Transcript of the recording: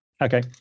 Okay